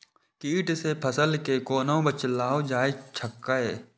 कीट से फसल के कोना बचावल जाय सकैछ?